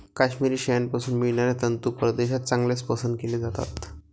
काश्मिरी शेळ्यांपासून मिळणारे तंतू परदेशात चांगलेच पसंत केले जातात